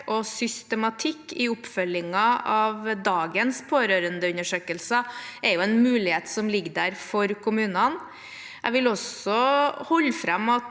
og systematikk i oppfølgingen av dagens pårørendeundersøkelser er en mulighet som ligger der for kommunene. Jeg vil også holde fram at